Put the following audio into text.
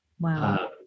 Wow